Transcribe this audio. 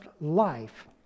life